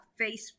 Facebook